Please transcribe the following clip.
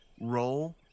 roll